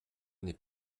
n’est